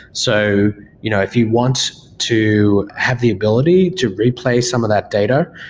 so you know if you want to have the ability to replay some of that data,